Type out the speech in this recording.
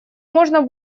можно